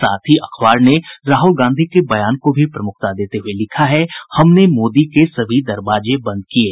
साथ ही अखबार ने राहुल गांधी के बयान को भी प्रमुखता देते हुये लिखा है हमने मोदी के सभी दरवाजे बंद किये